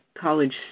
college